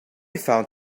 found